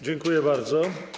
Dziękuję bardzo.